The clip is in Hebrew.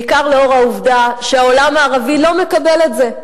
בעיקר לאור העובדה שהעולם הערבי לא מקבל את זה.